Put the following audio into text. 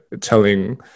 telling